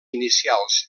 inicials